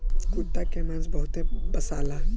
कुता के मांस बहुते बासाला